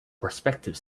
prospective